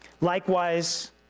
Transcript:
Likewise